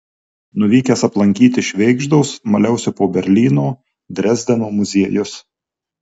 nuvykęs aplankyti švėgždos maliausi po berlyno drezdeno muziejus